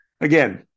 Again